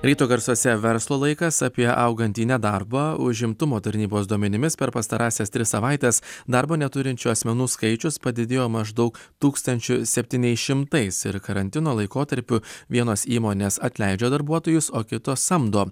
ryto garsuose verslo laikas apie augantį nedarbą užimtumo tarnybos duomenimis per pastarąsias tris savaites darbo neturinčių asmenų skaičius padidėjo maždaug tūkstančiu septyniais šimtais ir karantino laikotarpiu vienos įmonės atleidžia darbuotojus o kitos samdo